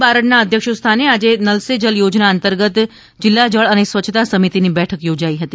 બારડના અધયક્ષસથાને આજે નલ સે જલ થોજના અંતર્ગત જીલ્લા જળ અને સ્વચ્છતા સમિતિની બેઠક યોજાઇ હતી